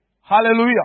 Hallelujah